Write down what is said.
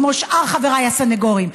כמו שאר חבריי הסנגורים,